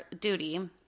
duty